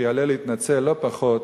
שיעלה להתנצל לא פחות